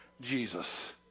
Jesus